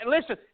Listen